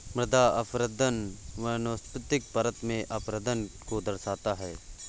मृदा अपरदन वनस्पतिक परत में अपरदन को दर्शाता है